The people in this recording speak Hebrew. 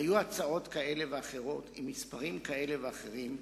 היו הצעות כאלה ואחרות עם מספרים כאלה ואחרים,